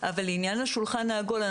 אבל לעניין השולחן העגול,